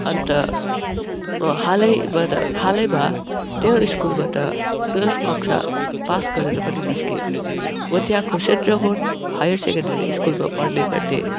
अन्त म हालैबाट हालैमा त्यो स्कुलबाट टुवेल्भ कक्षा पास गरेर पनि निस्के म त्यहाँको सेन्ट रोबर्ट हायर सेकेन्डरी स्कुलमा पढ्ने गर्थेँ